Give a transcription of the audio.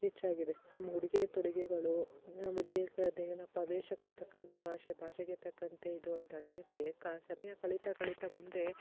ಹೆಚ್ಚಾಗಿದೆ ನಮ್ಮ ಉಡ್ಗೆ ತೊಡುಗೆಗಳು ಏನಪ್ಪಾ ವೇಷಕ್ಕೆ ತಕ್ಕಂತೆ ಭಾಷೆ ಭಾಷೆಗೆ ತಕ್ಕಂತೆ ಇದು ಅಂತ ಅಂದಿದಕ್ಕೆ ಕಾ ಸಮಯ ಕಳೀತಾ ಕಳೀತಾ ಮುಂದೆ